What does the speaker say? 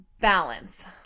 balance